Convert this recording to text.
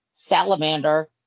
salamander